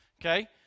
Okay